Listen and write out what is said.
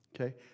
Okay